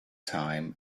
time